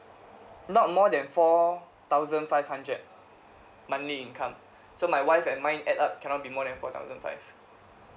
not more than four thousand five hundred monthly income so my wife and mine add up cannot be more than four thousand five